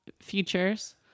features